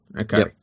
Okay